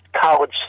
college